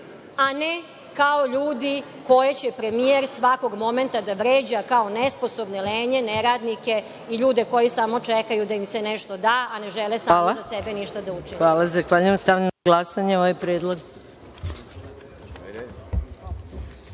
a ne kao ljudi koje će premijer svakog momenta da vređa kao nesposobne, lenje, neradnike i ljude koji samo čekaju da im se nešto da, a ne žele za sebe ništa da učine. **Maja Gojković** Hvala. Stavljam na glasanje ovaj